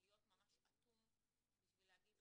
להיות ממש אטום בשביל להגיד,